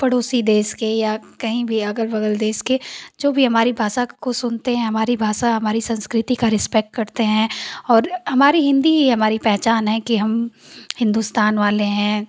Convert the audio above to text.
पड़ोसी देस के या कइ भी अगल बगल देश के जो भी हमारी भाषा को सुनते हैं हमारी भाषा हमारी संस्कृति का रीस्पेक्ट करते हैं और हमारी हिन्दी ही हमारी पहचान है कि हम हिंदुस्तान वाले हैं